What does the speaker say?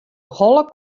holle